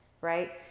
right